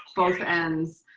both ends.